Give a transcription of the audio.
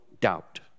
doubt